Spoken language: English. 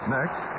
Next